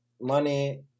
money